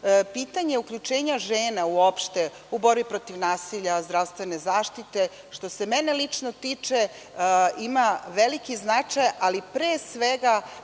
uključenja žena uopšte u borbi protiv nasilja, zdravstvene zaštite, što se mene lično tiče, ima veliki značaj, ali pre svega